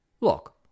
look